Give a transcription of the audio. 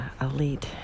elite